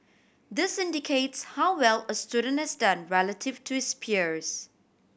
this indicates how well a student has done relative to his peers